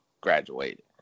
graduated